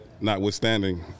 notwithstanding